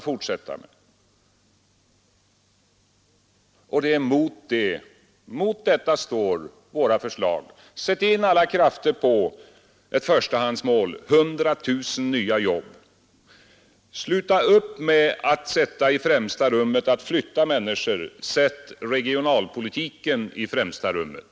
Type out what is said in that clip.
Mot detta står våra förslag: Sätt in alla krafter på ett förstahandsmål 100 000 nya jobb! Sluta upp med att sätta i främsta rummet att flytta människor, sätt regionalpolitiken i främsta rummet!